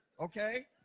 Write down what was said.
Okay